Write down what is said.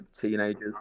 teenagers